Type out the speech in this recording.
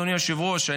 אדוני היושב-ראש,